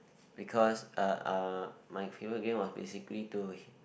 because uh my favourite game was basically to h~